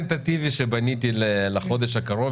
הטנטטיבי שבניתי לחודש הקרוב,